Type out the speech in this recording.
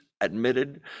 admitted